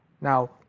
Now